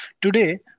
Today